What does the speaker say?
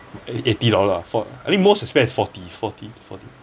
eigh~ eighty dollar ah for I think most you spend is forty forty forty